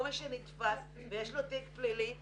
כל מי שנתפס ויש לו תיק פלילי,